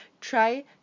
try